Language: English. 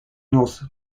north